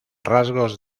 rasgos